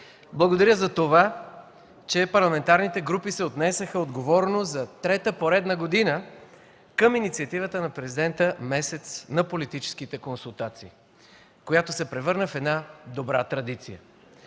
Благодаря за това, че парламентарните групи се отнесоха отговорно за трета поредна година към инициативата на Президента „Месец на политическите консултации”, която се превърна в една добра традиция.